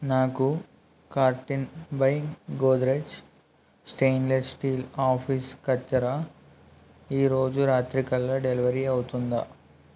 నాకు కార్టీనీ by Godrej stainless steel office కత్తెర ఈరోజు రాత్రికల్లా డెలివర్ అవుతుందా